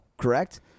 correct